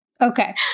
Okay